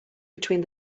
between